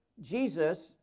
Jesus